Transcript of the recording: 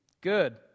Good